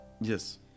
Yes